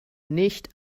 nicht